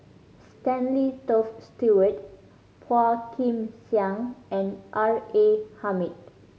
Stanley Toft Stewart Phua Kin Siang and R A Hamid